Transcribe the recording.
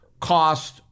cost